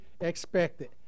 expected